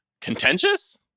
Contentious